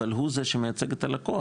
אבל הוא זה שמייצג את הלקוח,